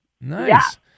Nice